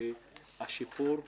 השיפור בתוכניות,